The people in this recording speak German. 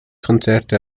konzerte